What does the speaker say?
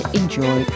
enjoy